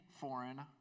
foreign